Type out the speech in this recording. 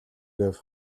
гэв